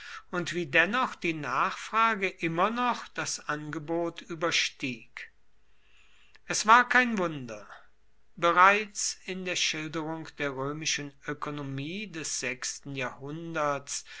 und wie dennoch die nachfrage immer noch das angebot überstieg es war kein wunder bereits in der schilderung der römischen ökonomie des sechsten jahrhunderts